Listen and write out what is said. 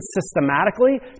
systematically